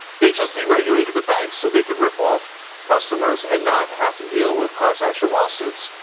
they just deregulated the bank so they could rip off customers and not have to deal with class-action lawsuits.